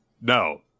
no